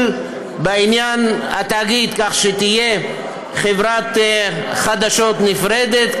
בעניין התאגיד כך שתהיה חברת חדשות נפרדת,